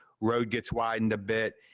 road gets widened a bit,